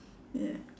yeah